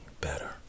better